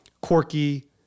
quirky